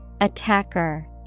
Attacker